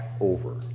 over